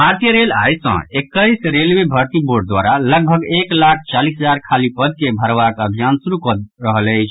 भारतीय रेल आई सँ एकैस रेलवे भर्ती बोर्ड द्वारा लगभग एक लाख चालीस हजार खाली पद के भरबाक अभियान शुरू कऽ रहल अछि